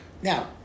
Now